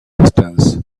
distance